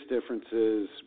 differences